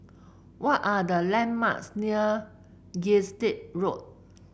what are the landmarks near Gilstead Road